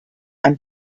and